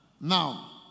now